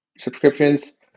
Subscriptions